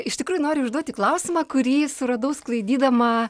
iš tikrųjų nori užduoti klausimą kurį suradau sklaidydama